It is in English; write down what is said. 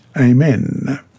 Amen